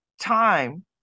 time